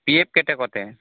P F କେତେ କଟେ